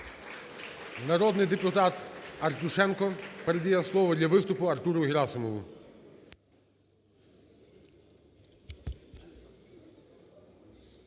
Народний депутат Артюшенко передає слово для виступу Артуру Герасимову.